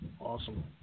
Awesome